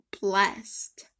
blessed